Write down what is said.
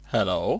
Hello